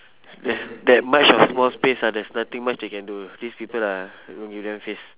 it's that much of small space ah there's nothing much they can do these people ah don't give them face